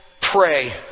pray